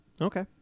Okay